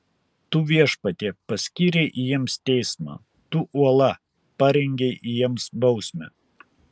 tu viešpatie paskyrei jiems teismą tu uola parengei jiems bausmę